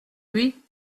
lui